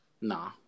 Nah